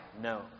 No